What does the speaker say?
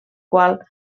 qual